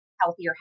healthier